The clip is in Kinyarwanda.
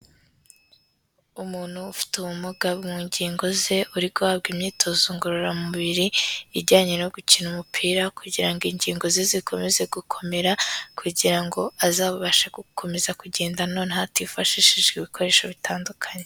Umuntu ufite ubumuga mu ngingo ze uri guhabwa imyitozo ngororamubiri, ijyanye no gukina umupira kugira ngo ingingo ze zikomeze gukomera kugira ngo azabashe gukomeza kugenda noneho atifashishije ibikoresho bitandukanye.